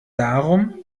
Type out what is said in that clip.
darum